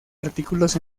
artículos